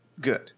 good